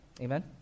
Amen